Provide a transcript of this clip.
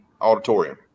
auditorium